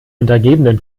untergebenen